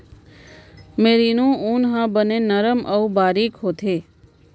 merino ऊन ह बने नरम अउ तारीक होथे